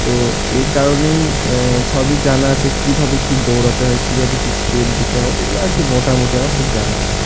তো এই কারণেই সবই জানা আছে কীভাবে কী দৌড়াতে হয় কীভাবে কী স্টেপ দিতে হয় এগুলো আর কি মোটামুটি আমার সব জানা আছে